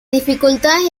dificultades